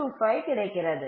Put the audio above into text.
625 கிடைக்கிறது